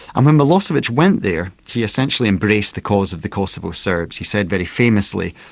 and when milosevic went there, he essentially embraced the cause of the kosovo serbs. he said very famously,